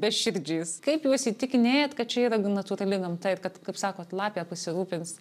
beširdžiais kaip juos įtikinėjat kad čia yra natūrali gamta ir kad kaip sakot lapė pasirūpins